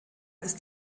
ist